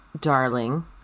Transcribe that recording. darling